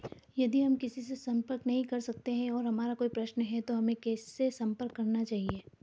यदि हम किसी से संपर्क नहीं कर सकते हैं और हमारा कोई प्रश्न है तो हमें किससे संपर्क करना चाहिए?